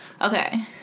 okay